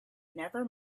never